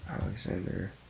Alexander